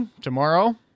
tomorrow